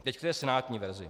Teď k té senátní verzi.